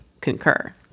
concur